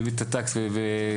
מילא את המיסים ומזדכה,